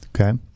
okay